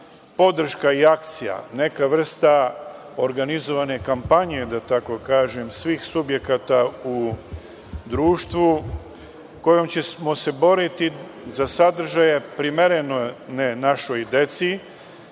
podrška i akcija, neka vrsta organizovane kampanje, da tako kažem, svih subjekata u društvu, kojom ćemo se boriti za sadržaje primerene našoj deci,